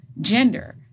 gender